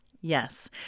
Yes